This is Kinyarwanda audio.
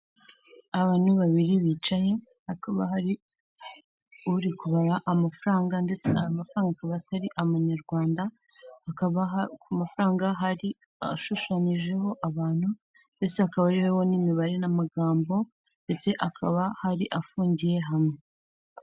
Abantu babiri bicaye, hakaba hari uri kubara amafaranga ndetse ayo mafaranga akaba atari amanyarwanda, hakaba ku mafaranga hari ashushanyijeho abantu ndetse hakaba hariho n'imibare n'amagambo ndetse akaba hari afungiye hamwe.